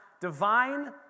divine